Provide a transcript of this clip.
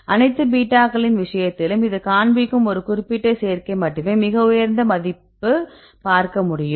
அனைத்து பீட்டாக்களின் விஷயத்திலும் அது காண்பிக்கும் ஒரு குறிப்பிட்ட சேர்க்கைக்கு மட்டுமே மிக உயர்ந்த மதிப்பு பார்க்க முடியும்